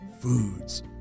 foods